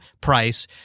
price